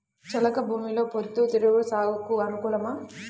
చెలక భూమిలో పొద్దు తిరుగుడు సాగుకు అనుకూలమా?